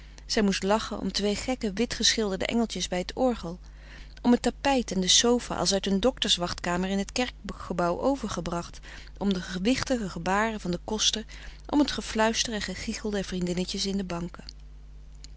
zij moest lachen om twee gekke wit geschilderde engeltjes bij t orgel om het tapijt en de sofa als uit een docters wachtkamer in het kerkgebouw overgebracht om de gewichtige gebaren van den koster om t gefluister en gegichel der vriendinnetjes in de banken